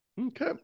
Okay